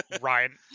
Ryan